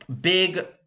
Big